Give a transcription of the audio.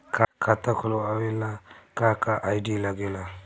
खाता खोलवावे ला का का आई.डी लागेला?